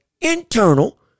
internal